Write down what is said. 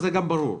זה ברור.